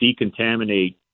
decontaminate